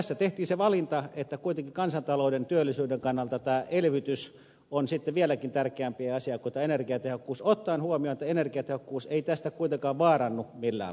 tässä tehtiin se valinta että kuitenkin kansantalouden työllisyyden kannalta tämä elvytys on sitten vieläkin tärkeämpi asia kuin energiatehokkuus ottaen huomioon että energiatehokkuus ei tästä kuitenkaan vaarannu millään lailla